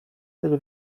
tego